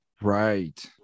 right